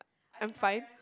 I'm fine